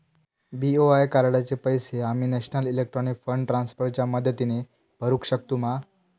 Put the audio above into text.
BOI कार्डाचे पैसे आम्ही नेशनल इलेक्ट्रॉनिक फंड ट्रान्स्फर च्या मदतीने भरुक शकतू मा?